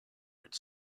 its